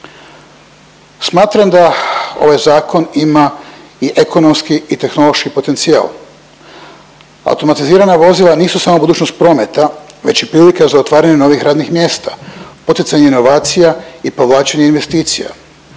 Smatram da ovaj zakon ima i ekonomski i tehnološki potencijal. Automatizirana vozila nisu samo budućnost prometa već i prilika za otvaranje novih radnih mjesta, poticanje inovacija i povlačenje investicija.